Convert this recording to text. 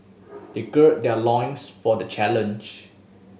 they gird their loins for the challenge